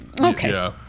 Okay